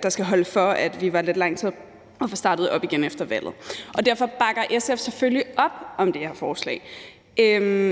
der skal holde for, når vi var lidt lang tid om at starte op igen efter valget. Derfor bakker SF selvfølgelig op om det her forslag.